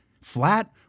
Flat